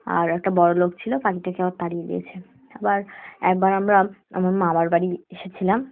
আর একটা বড়ো লোক ছিলো পাখিটাকে আর তাড়িয়ে দিয়েছে আবার একবার আমরা আমার ম আমার বাড়ি এসেছিলাম